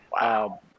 Wow